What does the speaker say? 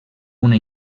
una